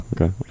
Okay